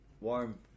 warm